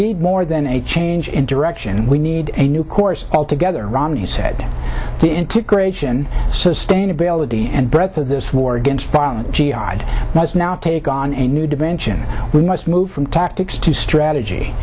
need more than a change in direction we need a new course all together romney said the integration sustainability and breadth of this war against violent jihad must now take on a new dimension we must move from tactics to strategy